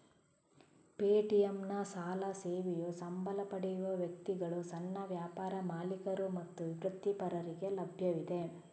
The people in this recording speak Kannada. ಪೇಟಿಎಂನ ಸಾಲ ಸೇವೆಯು ಸಂಬಳ ಪಡೆಯುವ ವ್ಯಕ್ತಿಗಳು, ಸಣ್ಣ ವ್ಯಾಪಾರ ಮಾಲೀಕರು ಮತ್ತು ವೃತ್ತಿಪರರಿಗೆ ಲಭ್ಯವಿದೆ